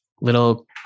little